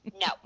No